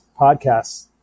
podcasts